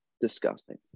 disgusting